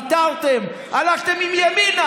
ויתרתם, הלכתם עם ימינה